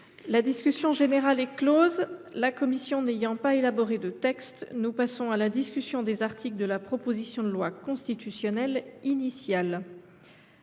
La discussion générale est close. La commission n’ayant pas élaboré de texte, nous passons à la discussion des articles de la proposition de loi constitutionnelle initiale.